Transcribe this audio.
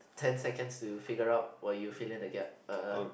ten seconds to figure out while you fill in the gap uh